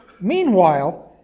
Meanwhile